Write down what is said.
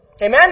Amen